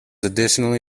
additionally